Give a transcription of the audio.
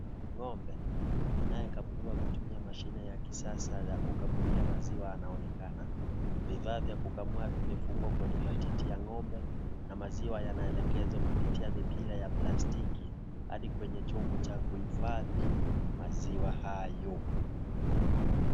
Ng'ombe anayekamuliwa kutumia mashine ya kisasa ya kukamulia maziwa anaonekana, bidhaa vya kukamua vimefungwa kwenye matiti ya ng'ombe na maziwa yanaelekezwa kupitia mipira ya plastiki hadi kwenye chombo cha kuhifadhi maziwa hayo.